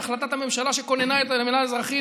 בהחלטת הממשלה שכוננה את המינהל האזרחי,